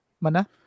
Mana